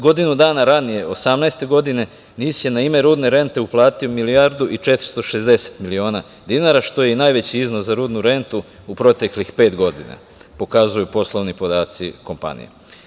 Godinu dana ranije, osamnaeste godine NIS je na ime radne rente uplatio milijardu i 460 miliona dinara, što je i najveći iznos za rudnu rentu u proteklih pet godina, pokazuju poslovni podaci kompanije.